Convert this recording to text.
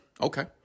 Okay